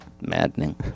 maddening